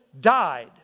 died